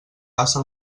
passa